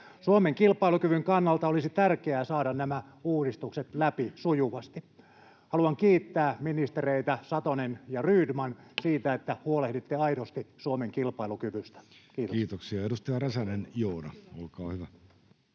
Suomen kilpailukyvyn kannalta olisi tärkeää saada nämä uudistukset läpi sujuvasti. Haluan kiittää ministereitä Satonen ja Rydman siitä, että huolehditte aidosti Suomen kilpailukyvystä. — Kiitoksia. [Speech 287] Speaker: